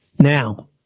Now